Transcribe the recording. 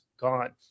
gone